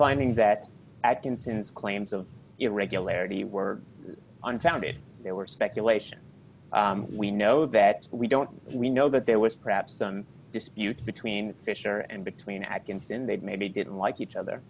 finding that act and since claims of irregularity were unfounded there were speculation we know that we don't we know that there was perhaps some dispute between fisher and between atkinson that maybe didn't like each other